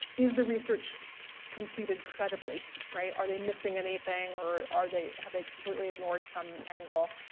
is the research completed credibly? right are they missing anything or are they they completely ignored some angle